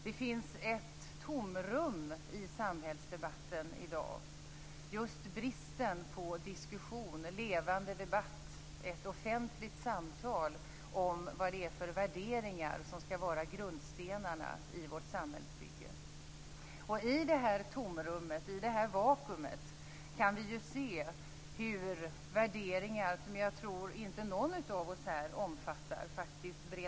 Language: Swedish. Det finns ett tomrum i samhällsdebatten i dag, och det är just bristen på diskussion, levande debatt, ett offentligt samtal om vad det är för värderingar som skall vara grundstenarna i vårt samhällsbygge. I detta tomrum, i detta vakuum, kan vi se hur värderingar - som jag tror att inte någon av oss här omfattar - breder ut sig.